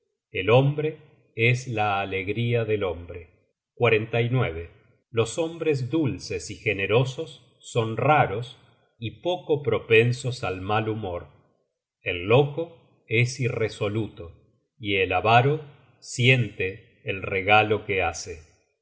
el hombre es la alegría del hombre los hombres dulces y generosos son ra ros y poco propensos al mal humor el loco es irresoluto y el avaro siente el regalo que hace